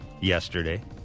Yesterday